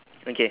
okay